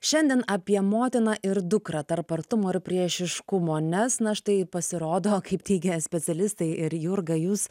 šiandien apie motiną ir dukrą tarp artumo ir priešiškumo nes na štai pasirodo kaip teigia specialistai ir jurga jūs